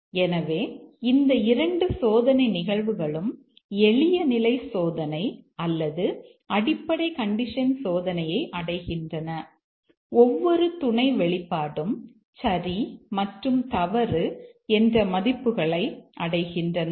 எனவே இந்த இரண்டு சோதனை நிகழ்வுகளும் எளிய நிலை சோதனை அல்லது அடிப்படை கண்டிஷன் சோதனையை அடைகின்றன ஒவ்வொரு துணை வெளிப்பாடும் சரி மற்றும் தவறு என்ற மதிப்புகளை அடைகின்றன